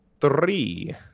Three